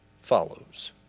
follows